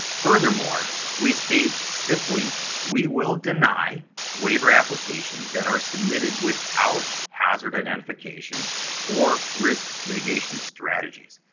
furthermore, we state simply, we will deny waiver applications that are submitted without hazard identification or risk mitigation strategies.